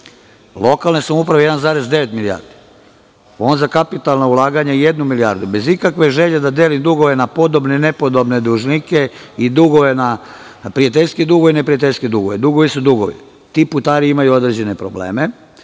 Lokalne samouprave 1,9 milijardi, Fond za kapitalna ulaganju jednu milijardu, bez ikakve želje da delim dugove na podobne i nepodobne dužnike i na prijateljske i na neprijateljske dugove. Dugovi su dugovi. Ti putari imaju određene probleme.